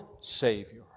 Savior